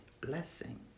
blessing